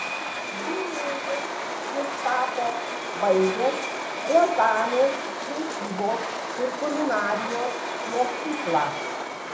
virėju jis tapo baigęs riazanės prekybos ir kulinarijos mokyklą